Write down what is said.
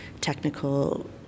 technical